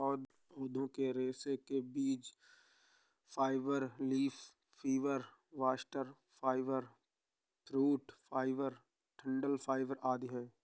पौधे के रेशे के भाग बीज fibre, leaf fibre, bast fibre, fruit fibre, डंठल फाइबर आदि है